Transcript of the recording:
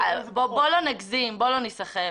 בואו לא נגזים, בואו לא ניסחף.